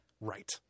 Right